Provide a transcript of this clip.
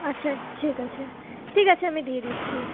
আচ্ছা ঠিক আছে ঠিক আছে আমি দিয়ে দিচ্ছি